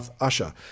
usher